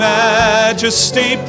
majesty